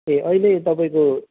ए अहिले तपाईँको